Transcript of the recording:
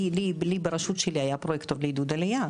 לי ברשות שלי היה פרויקטור לעידוד עלייה.